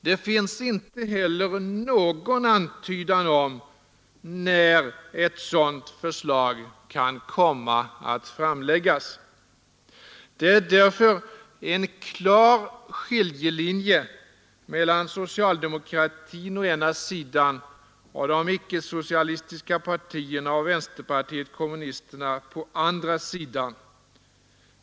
Det finns inte heller någon antydan om när ett sådant förslag kan komma att framläggas. Det är därför en klar skiljelinje mellan socialdemokratin å ena sidan och de icke-socialistiska partierna och vänsterpartiet kommunisterna å andra sidan.